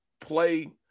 play